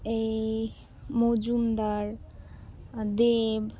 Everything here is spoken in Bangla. এই মজুমদার দেব